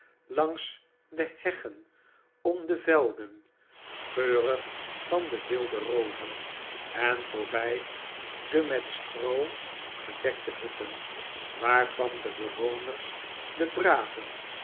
langs de heggen om de velden geurig van de wilde rozen en voorbij de met stroo gedekte hutten waarvan de bewoners den braven